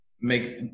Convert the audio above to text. make